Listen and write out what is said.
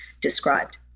described